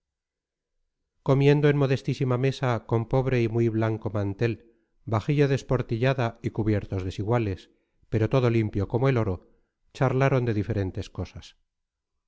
comiendo en modestísima mesa con pobre y muy blanco mantel vajilla desportillada y cubiertos desiguales pero todo limpio como el oro charlaron de diferentes cosas